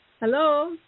Hello